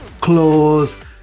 clothes